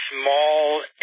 small